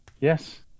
Yes